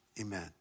Amen